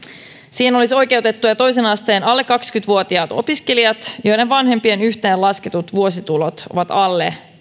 siihen olisivat oikeutettuja toisen asteen alle kaksikymmentä vuotiaat opiskelijat joiden vanhempien yhteenlasketut vuositulot ovat alle